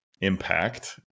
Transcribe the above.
impact